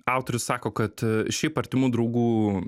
autorius sako kad šiaip artimų draugų